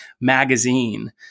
magazine